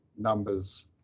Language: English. numbers